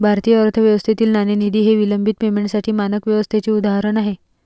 भारतीय अर्थव्यवस्थेतील नाणेनिधी हे विलंबित पेमेंटसाठी मानक व्यवस्थेचे उदाहरण आहे